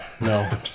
no